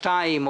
שתיים,